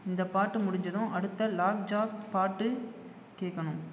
இந்தப் பாட்டு முடிஞ்சதும் அடுத்த லாக் ஜா பாட்டு கேட்கணும்